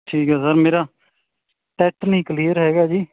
ਠੀਕ ਹੈ ਸਰ ਮੇਰਾ ਟੈਟ ਨਹੀਂ ਕਲੀਅਰ ਹੈਗਾ ਜੀ